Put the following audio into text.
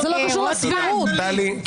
טלי, תודה.